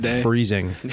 freezing